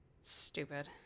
Stupid